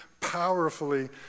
powerfully